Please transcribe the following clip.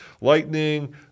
Lightning